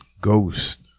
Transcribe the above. Ghost